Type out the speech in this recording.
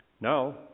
Now